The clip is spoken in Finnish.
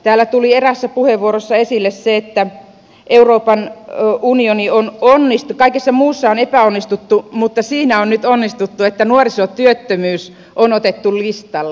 täällä tuli eräässä puheenvuorossa esille se että kaikessa muussa on epäonnistuttu mutta siinä on nyt onnistuttu että nuorisotyöttömyys on otettu listalle